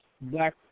black